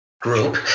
group